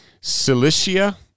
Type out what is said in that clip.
Cilicia